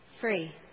free